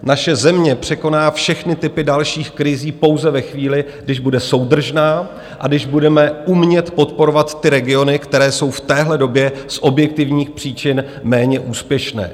Naše země překoná všechny typy dalších krizí pouze ve chvíli, když bude soudržná a když budeme umět podporovat ty regiony, které jsou v téhle době z objektivních příčin méně úspěšné.